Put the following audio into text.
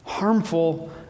harmful